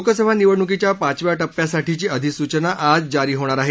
लोकसभा निवडणुकीच्या पाचव्या टप्प्यासाठीची अधिसूचना आज जारी होणार आहे